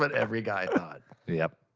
but every guy thought. yeah